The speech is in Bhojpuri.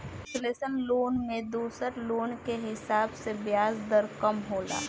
कंसेशनल लोन में दोसर लोन के हिसाब से ब्याज दर कम होला